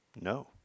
no